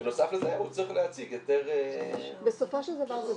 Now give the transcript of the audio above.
בנוסף לזה הוא צריך להציג היתר -- בסופו של דבר זה